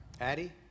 Addie